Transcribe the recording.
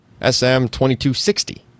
SM2260